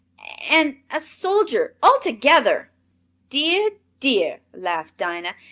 an' a soldier, all together! dear! dear! laughed dinah.